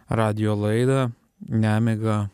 radijo laidą nemiga